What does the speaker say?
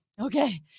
Okay